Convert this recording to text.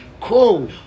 cool